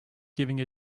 giving